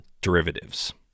derivatives